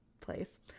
place